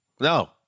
No